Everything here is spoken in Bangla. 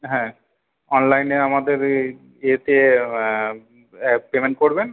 হ্যাঁ অনলাইনে আমাদের এই এতে পেমেন্ট করবেন